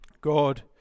God